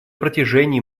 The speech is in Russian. протяжении